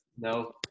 No